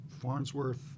farnsworth